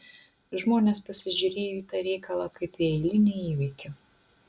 žmonės pasižiūrėjo į tą reikalą kaip į eilinį įvykį